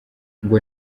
ngo